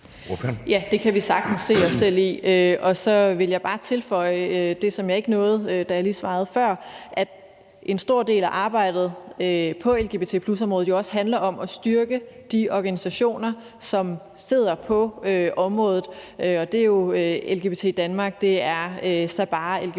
Ja, det kan vi sagtens se os selv i. Og så vil jeg bare tilføje det, som jeg ikke nåede, da jeg lige svarede før, nemlig at en stor del af arbejdet på lgbt+-området jo også handler om at styrke de organisationer, som sidder på området. Det er LGBT+ Danmark, Sabaah og LGBT